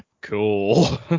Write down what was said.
Cool